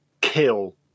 kill